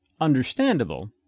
understandable